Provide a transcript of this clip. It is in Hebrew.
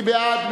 מי בעד?